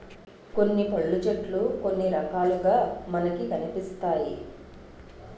కొన్ని పళ్ళు చెట్లు కొన్ని రకాలుగా మనకి కనిపిస్తాయి